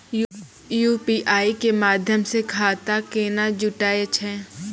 UPI के माध्यम से खाता केना जुटैय छै?